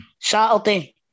Saturday